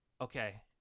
okay